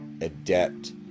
adept